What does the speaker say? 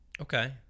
Okay